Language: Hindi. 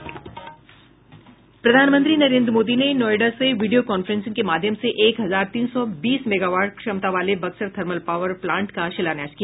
प्रधानमंत्री नरेन्द्र मोदी ने नोएडा से वीडियो कॉफ्रेंसिंग के माध्यम से एक हजार तीन सौ बीस मेगावाट क्षमता वाले बक्सर थर्मल पावर प्लांट का शिलान्यास किया